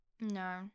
No